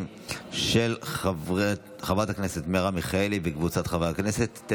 של חברת הכנסת מרב מיכאלי וקבוצת חברי הכנסת.